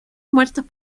muertas